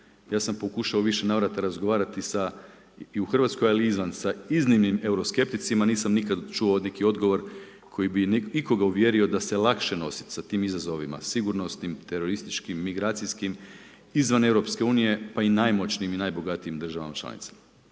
Ja sam pokušao u više navrata razgovarati sa, i u Hrvatskoj ali i izvan, sa iznimnim euroskepticima nisam nikad čuo neki odgovor koji bi ikoga uvjerio da se lakše nositi sa tim izazovima sigurnosnim, terorističkim, migracijskim izvan EU, pa i najmoćnijim i najbogatijima državama članicama.